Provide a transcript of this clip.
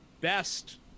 best